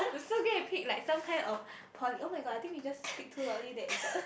I'm so gonna pick like some kind of pol~ oh-my-god I think we just speak too loudly that it got